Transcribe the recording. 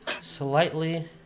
slightly